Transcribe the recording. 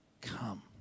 come